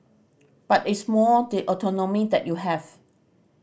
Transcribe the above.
but it's more the autonomy that you have